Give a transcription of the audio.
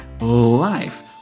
life